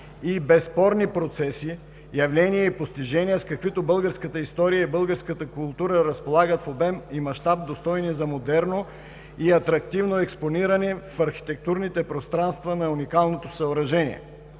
и безспорни процеси, явления и постижения, с каквито българската история и българската култура разполагат в обем и мащаб, достойни за модерно и атрактивно експониране в архитектурните пространства на уникалното съоръжение,